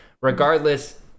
Regardless